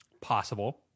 Possible